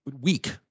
week